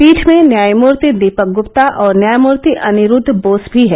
पीठ में न्यायमूर्ति दीपक गुप्ता और न्यायमूर्ति अनिरूद्ध बोस भी है